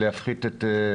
אני ממש מתנצלת,